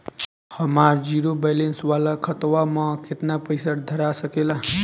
हमार zero balance वाला खतवा म केतना पईसा धरा सकेला?